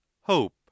hope